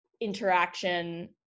interaction